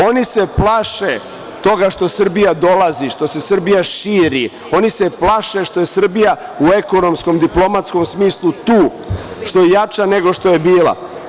Oni se plaše toga što Srbija dolazi, što se Srbija širi, oni se plaše što je Srbija u ekonomskom, diplomatskom smislu tu, što je jača nego što je bila.